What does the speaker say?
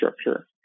structure